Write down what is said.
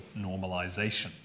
normalization